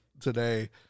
today